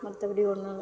மற்றபடி ஒன்றும் இல்லை